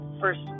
first